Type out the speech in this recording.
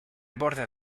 borde